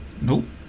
Nope